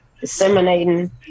disseminating